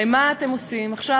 הרי מה אתם עושים עכשיו,